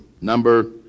number